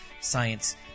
science